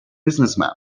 businessmen